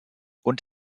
und